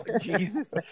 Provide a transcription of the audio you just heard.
jesus